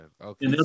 Okay